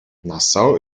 nassau